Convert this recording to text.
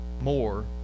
more